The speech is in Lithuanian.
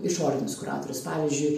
išorinis kuratorius pavyzdžiui